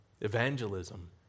Evangelism